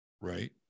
right